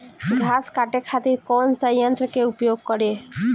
घास काटे खातिर कौन सा यंत्र का उपयोग करें?